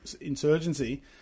insurgency